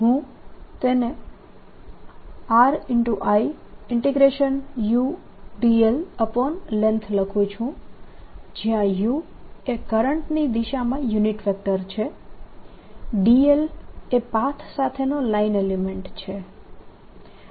હું તેને R Iu dllength લખું છું જયાં u એ કરંટની દિશામાં યુનિટ વેક્ટર છે dl એ પાથ સાથેનો લાઈન એલિમેન્ટ છે